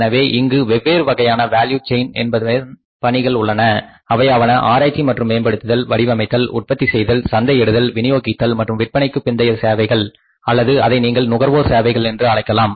எனவே இங்கு வெவ்வேறு வகையான வேல்யூ செயின் என்பதன் பணிகள் உள்ளன அவையாவன ஆராய்ச்சி மற்றும் மேம்படுத்துதல் வடிவமைத்தல் உற்பத்தி செய்தல் சந்தையிடுதல் விநியோகித்தல் மற்றும் விற்பனைக்குப் பிந்தைய சேவைகள் அல்லது அதை நீங்கள் நுகர்வோர் சேவைகள் என்று அழைக்கலாம்